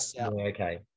okay